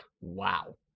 Wow